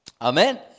Amen